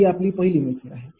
ही आपली पहिली मेथड आहे